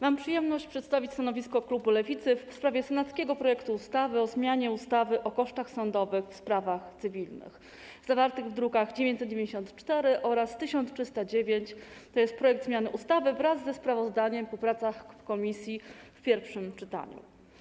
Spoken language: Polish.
Mam przyjemność przedstawić stanowisko klubu Lewicy w sprawie senackiego projektu ustawy o zmianie ustawy o kosztach sądowych w sprawach cywilnych, druki nr 994 i 1309 zawierające projekt zmiany ustawy oraz sprawozdanie komisji po pracach w komisji w pierwszym czytaniu.